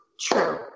true